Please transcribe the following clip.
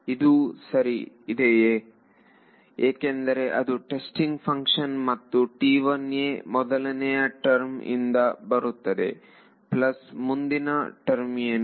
ಇದು ಸರಿ ಇದೆಯೇ ಏಕೆಂದರೆ ಅದು ಟೆಸ್ಟಿಂಗ್ ಫಂಕ್ಷನ್ ಮತ್ತು ಮೊದಲನೆಯ ಟರ್ಮ್ ಇಂದ ಬರುತ್ತದೆ ಪ್ಲಸ್ ಮುಂದಿನ ಟರ್ಮ್ ಏನು